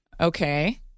Okay